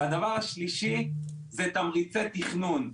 והדבר השלישי הוא תמריצי תכנון.